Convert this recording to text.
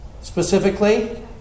Specifically